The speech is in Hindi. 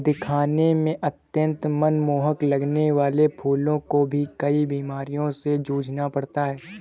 दिखने में अत्यंत मनमोहक लगने वाले फूलों को भी कई बीमारियों से जूझना पड़ता है